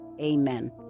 Amen